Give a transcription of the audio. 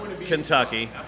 Kentucky